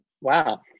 Wow